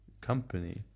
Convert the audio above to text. company